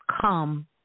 come